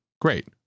great